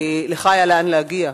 לך היה לאן להגיע.